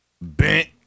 bent